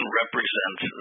represents